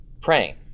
praying